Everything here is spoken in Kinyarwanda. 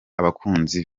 abakunzi